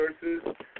resources